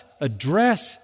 address